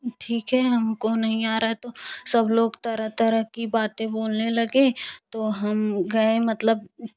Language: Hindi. ठीक है हमको नहीं आ रहा है तो सब लोग तरह तरह की बातें बोलने लगे तो हम गये मतलब